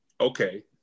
okay